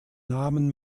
namen